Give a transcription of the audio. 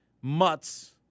Mutts